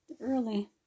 early